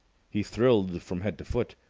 he thrilled from head to foot.